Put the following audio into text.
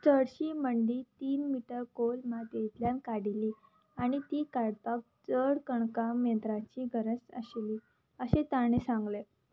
चडशी मंडी तीन मिटर खोल मातयेंतल्यान काडिल्ली आनी ती काडपाक चड कणकां मेंद्राची गरज आशिल्ली अशें ताणें सांगले